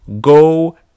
go